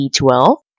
B12